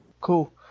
Cool